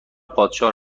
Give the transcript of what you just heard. پادشاه